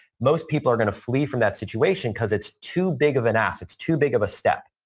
most people are going to flee from that situation because it's too big of an ask, it's too big of a step.